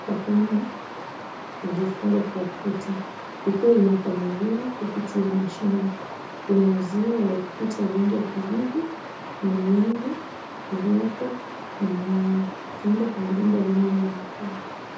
kwa kamba iliyofungwa kwa ukuta, ikiwa inakamuliwa kupitia mashine. Kuna uzio wa ukuta rangi ya kijivu na mlango ulioko na waya. Kando kuna jumba linaloonekana.